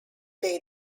they